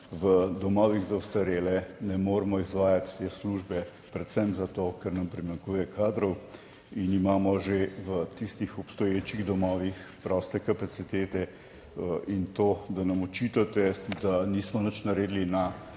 v domovih za ostarele ne moremo izvajati te službe, predvsem zato, ker nam primanjkuje kadrov in imamo že v tistih obstoječih domovih proste kapacitete in to, da nam očitate, da nismo nič naredili na